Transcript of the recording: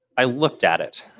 i looked at it